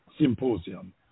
symposium